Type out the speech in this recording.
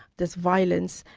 there's violence,